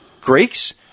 greeks